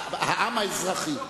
העם האזרחי.